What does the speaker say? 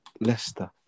Leicester